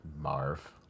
Marv